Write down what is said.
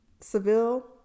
Seville